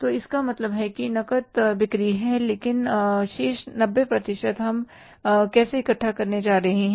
तो इसका मतलब है कि नकद बिक्री है लेकिन शेष 90 प्रतिशत हम कैसे इकट्ठा करने जा रहे हैं